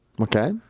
Okay